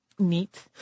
Neat